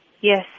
yes